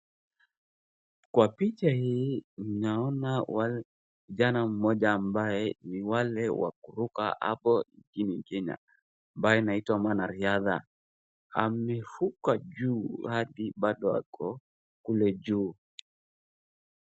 Kwa picha hii, naona kijana mmoja ambaye ni wale wa kuruka hapo nchini kenya, ambaye anaitwa mwanariadha, amevuka juu hadi bado ako kule juu.